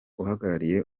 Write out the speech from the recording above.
uhagarariye